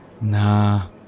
Nah